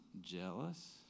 jealous